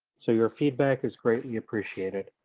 so, your feedback is greatly appreciated.